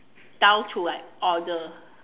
down to like order